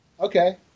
Okay